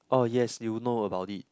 oh yes you know about it